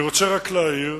אני רוצה רק להעיר,